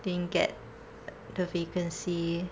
didn't get the vacancy